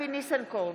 אבי ניסנקורן,